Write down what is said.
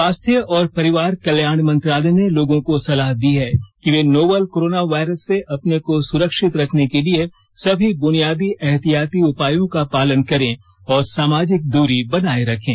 स्वास्थ्य और परिवार कल्याण मंत्रालय ने लोगों को सलाह दी है कि वे नोवल कोरोना वायरस से अपने को सुरक्षित रखने के लिए सभी बुनियादी एहतियाती उपायों का पालन करें और सामाजिक दूरी बनाए रखें